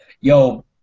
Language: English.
yo